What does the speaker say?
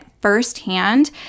firsthand